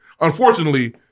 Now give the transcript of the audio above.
unfortunately